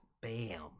Bam